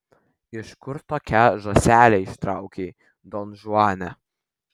iš kur tokią žąselę ištraukei donžuane